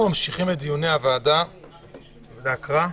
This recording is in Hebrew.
אנחנו ממשיכים את דיוני הוועדה בהקראה.